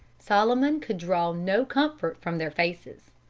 solomon could draw no comfort from their faces.